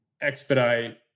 expedite